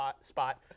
spot